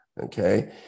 Okay